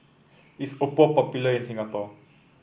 is Oppo popular in Singapore